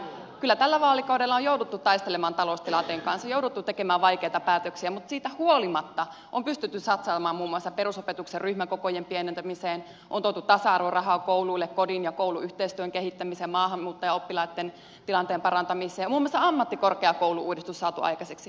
kyllä tällä vaalikaudella on jouduttu taistelemaan taloustilanteen kanssa on jouduttu tekemään vaikeita päätöksiä mutta siitä huolimatta on pystytty satsaamaan muun muassa perusopetuksen ryhmäkokojen pienentämiseen on tuotu tasa arvorahaa kouluille kodin ja koulun yhteistyön kehittämiseen ja maahanmuuttajaoppilaitten tilanteen parantamiseen ja muun muassa ammattikorkeakoulu uudistus saatu aikaiseksi